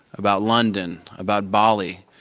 about london, about bali.